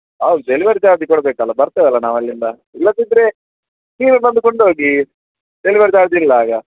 ಹೌದ್ delivery charge ಕೊಡಬೇಕಲ್ಲ ಬರ್ತೇವಲ್ಲ ನಾವು ಅಲ್ಲಿಂದ ಇಲ್ಲದಿದ್ದರೆ ನೀವೇ ಬಂದು ಕೊಂಡೋಗಿ ಡೆಲಿವರಿ ಚಾರ್ಜ್ ಇಲ್ಲ ಆಗ